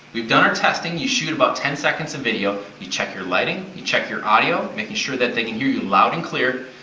done our testing, you shoot about ten seconds of video, you check your lighting, you check your audio, making sure that they can hear you loud and clear,